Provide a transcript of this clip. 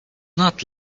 not